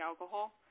alcohol